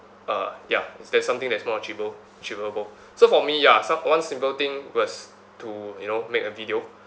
uh ya there's something that's more achievable so for me ya some one simple thing was to you know make a video